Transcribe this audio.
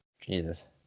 jesus